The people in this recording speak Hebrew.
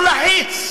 הוא לחיץ.